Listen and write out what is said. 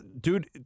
Dude